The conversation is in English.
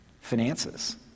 finances